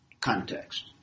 context